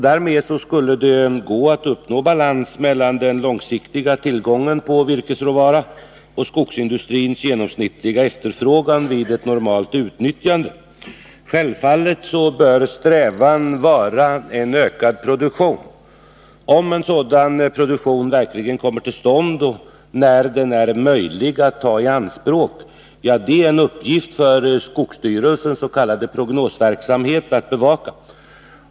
Därmed skulle det gå att uppgå balans mellan den långsiktiga tillgången på virkesråvara och skogsindustrins genomsnittliga efterfrågan vid ett normalt utnyttjande. Självfallet bör strävan vara en ökad produktion. Om en sådan produktion verkligen kommer till stånd och när den är möjlig att ta i anspråk är en uppgift för skogsstyrelsens s.k. prognosverksamhet att bevaka.